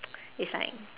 it's like